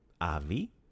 Avi